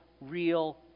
real